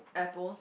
apples